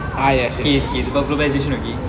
is is about globalization okay